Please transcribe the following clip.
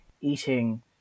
eating